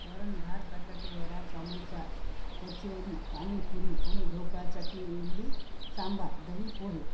वरण भात बटाटे वडा सामोसा कचोरी पाणीपुरी आणि ढोकळा चटणी इडली सांबार दही पोहे